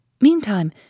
Meantime